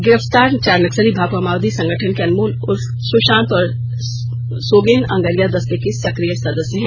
गिरफ्तार चारों नक्सली भाकपा माओवादी संगठन के अनमोल उर्फ सुशांत और सोगेन अंगरिया दस्ते के सक्रिय सदस्य हैं